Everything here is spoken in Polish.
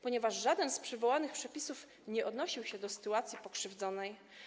Ponieważ żaden z przywołanych przepisów nie odnosił się do sytuacji pokrzywdzonej,